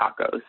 tacos